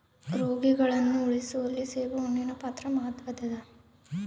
ರೋಗಿಗಳನ್ನು ಉಳಿಸುವಲ್ಲಿ ಸೇಬುಹಣ್ಣಿನ ಪಾತ್ರ ಮಾತ್ವದ್ದಾದ